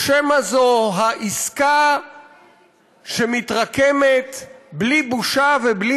או שמא זו העסקה שמתרקמת בלי בושה ובלי